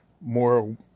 more